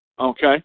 Okay